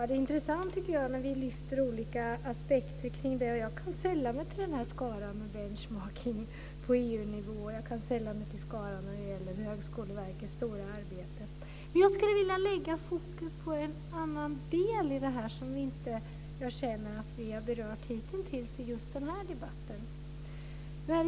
Herr talman! Det är intressant när vi lyfter upp olika aspekter kring detta, och jag kan sälla mig till skaran när det gäller benchmarking på EU-nivå och Högskoleverkets stora arbete. Men jag skulle vilja lägga fokus på en annan del i det här som jag inte känner att vi har berört hitintills i just den här debatten.